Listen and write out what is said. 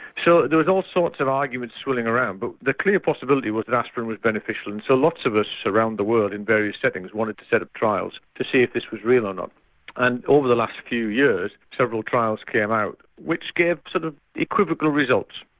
so there were like all sorts of arguments swilling around but the clear possibility was that aspirin was beneficial and so lots of us around the world in various settings wanted to set up trials to see if this was real or not and over the last few years several trials came out which gave sort of equivocal results.